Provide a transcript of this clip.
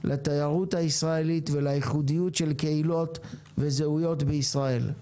לתיירות הישראלית ולייחודיות של קהילות וזהויות בישראל.